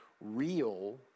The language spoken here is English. real